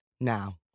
now